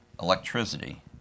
Electricity